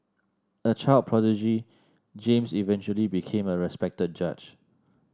a child prodigy James eventually became a respected judge